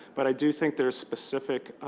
but i do think there are specific